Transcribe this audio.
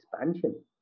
expansion